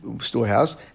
Storehouse